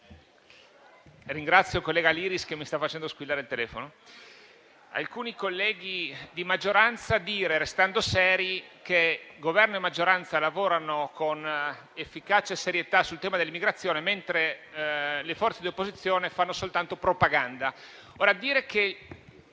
ringrazio il collega Liris che mi sta facendo squillare il telefono - i quali hanno detto, restando seri, che Governo e maggioranza lavorano con efficacia e serietà sull'immigrazione, mentre le forze di opposizione fanno soltanto propaganda. Ora, dire che